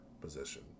position